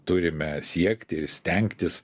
turime siekti ir stengtis